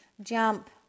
Jump